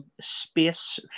Space